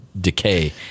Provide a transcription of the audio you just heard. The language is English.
decay